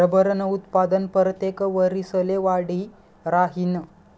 रबरनं उत्पादन परतेक वरिसले वाढी राहीनं